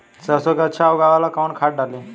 सरसो के अच्छा उगावेला कवन खाद्य डाली?